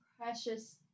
precious